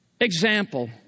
example